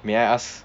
may I ask